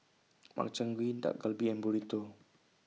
Makchang Gui Dak Galbi and Burrito